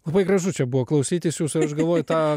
labai gražu čia buvo klausytis jūsų aš galvoju tą